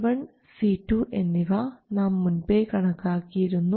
C1 C2 എന്നിവ നാം മുൻപേ കണക്കാക്കിയിരുന്നു